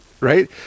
right